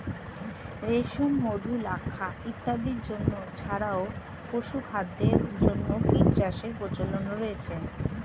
রেশম, মধু, লাক্ষা ইত্যাদির জন্য ছাড়াও পশুখাদ্যের জন্য কীটচাষের প্রচলন রয়েছে